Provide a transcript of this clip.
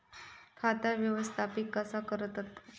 खाता व्यवस्थापित कसा करतत?